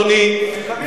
אדוני,